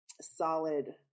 solid